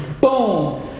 Boom